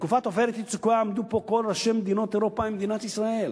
בתקופת "עופרת יצוקה" עמדו פה כל ראשי מדינות אירופה עם מדינת ישראל.